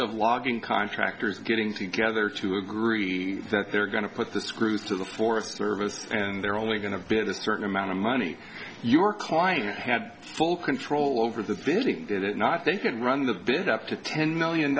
of logging contractors getting together to agree that they're going to put the screws to the forest service and they're only going to bid a certain amount of money your client had full control over the building did it not they can run the bid up to ten million